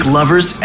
Lovers